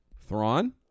Thrawn